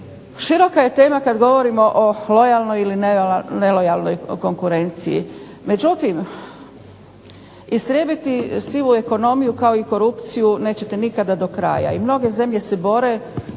široka je tema kad govorimo o lojalnoj ili nelojalnoj konkurenciji. Međutim, istrijebiti sivu ekonomiju kao i korupciju nećete nikada do kraja. I mnoge zemlje se bore